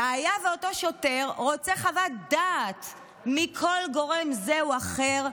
והיה ואותו שוטר רוצה חוות דעת מכל גורם זה או אחר,